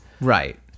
right